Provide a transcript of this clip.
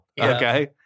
Okay